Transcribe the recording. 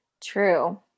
True